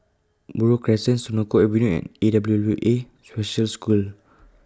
Buroh Crescent Senoko Avenue and A W W A Special School